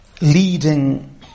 leading